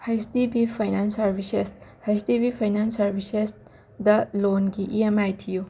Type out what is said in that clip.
HDB finance services HDB finance ꯁꯥꯔꯚꯤꯁꯁꯦꯁꯗ ꯂꯣꯟꯒꯤ E M I ꯊꯤꯌꯨ